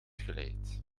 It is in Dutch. geleid